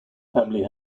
family